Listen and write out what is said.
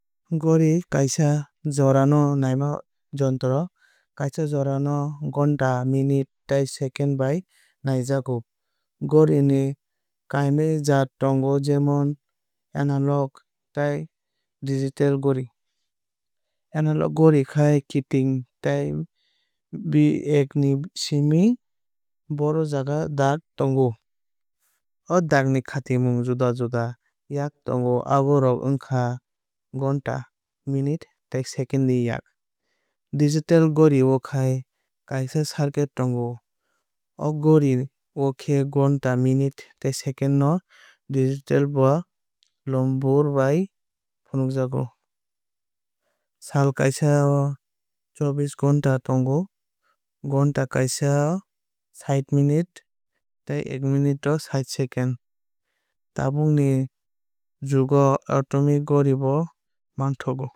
Gori kasia jorano naima jontro. Kaisa jora no gonta minute tei second bai naijakgo. Gori ni kainui jaat tongo jemon analog tei gigital gori. Analog gori khai kiting tei bi ek ni simi baroh jora dag tongo. O dag ni kaitham juda juda yak tongo abo rok wngkha gonta minute tei second ni yak. Digital gorio khai kaisa circuit tongo. O gori o khe gonta munute tei second no digit ba lombor bai phunukjago. Sal kaisa o chobbish gonta tongo gonta kaisa o sait minute tei ek minute o sait second. Tabuk ni jugo atomic gori bo manthokgo.